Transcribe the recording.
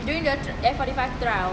during the F forty five trial